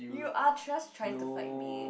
you are just trying to fight me